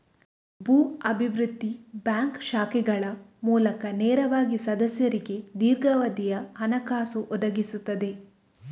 ಭೂ ಅಭಿವೃದ್ಧಿ ಬ್ಯಾಂಕ್ ಶಾಖೆಗಳ ಮೂಲಕ ನೇರವಾಗಿ ಸದಸ್ಯರಿಗೆ ದೀರ್ಘಾವಧಿಯ ಹಣಕಾಸು ಒದಗಿಸುತ್ತದೆ